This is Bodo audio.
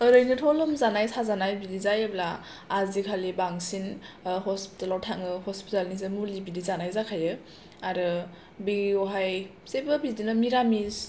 ओरैनोथ' लोमजानाय साजानाय बिदि जायोब्ला आजिखालि बांसिन हसपिटेलाव थांङो हसपिटेलनिफ्राइ मुलि बिदि जानाय जाखायो आरो बेयावहाय जेबो बिदिनो मिरामिस